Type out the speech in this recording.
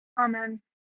Amen